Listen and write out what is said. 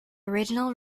original